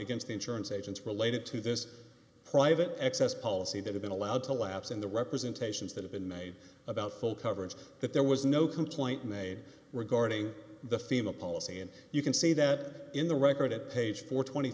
against the insurance agents related to this private access policy that had been allowed to lapse in the representations that have been made about full coverage that there was no complaint made regarding the fema policy and you can see that in the record at page four